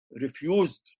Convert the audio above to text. refused